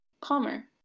calmer